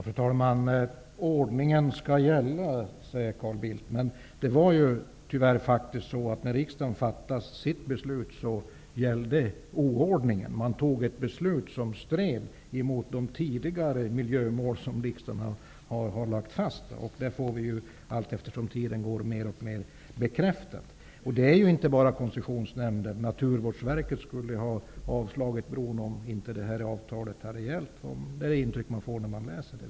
Fru talman! Ordningen skall gälla, säger Carl Bildt. Men när riksdagen fattade sitt beslut gällde tyvärr oordningen. Man fattade ett beslut som stred mot de miljömål som riksdagen tidigare har lagt fast. Det får vi allt eftersom tiden går mer och mer bekräftat. Det är inte bara Koncessionsnämnden som har invändningar. Naturvårdsverket skulle ha sagt nej till bron om inte detta avtal hade gällt; det intrycket får man.